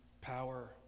power